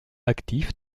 actif